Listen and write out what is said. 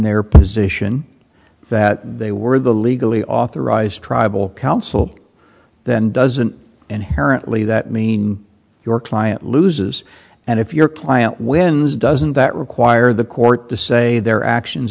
their position that they were the legally authorized tribal council then does an inherently that mean your client loses and if your client wins doesn't that require the court to say their actions